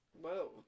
Whoa